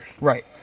Right